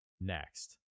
next